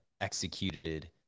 executed